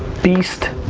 beast,